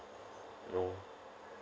no